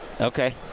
Okay